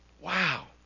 Wow